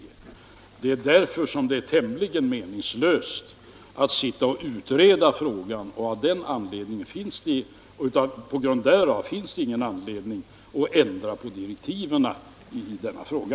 Det är därför som det är tämligen meningslöst att sitta och utreda frågan. På grund därav finns det ingen anledning att ändra på direktiven i denna fråga.